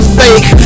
fake